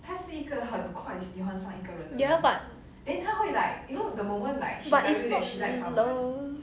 ya but but is not love